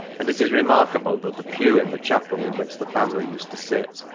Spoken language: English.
and it is remarkable, that the pew in the chapel in which the family used to sit,